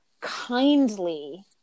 kindly